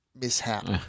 mishap